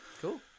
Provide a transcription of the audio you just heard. Cool